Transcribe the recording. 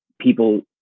people